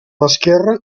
l’esquerra